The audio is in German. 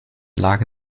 lage